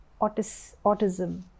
autism